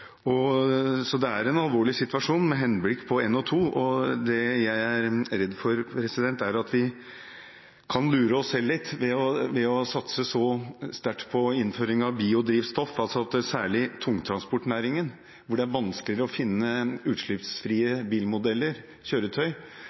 så det er en alvorlig situasjon med henblikk på NO 2 . Det jeg er redd for, er at vi kan lure oss selv litt ved å satse så sterkt på innføring av biodrivstoff til særlig tungtransportnæringen, hvor det er vanskeligere å finne utslippsfrie bilmodeller, kjøretøy,